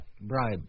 bribe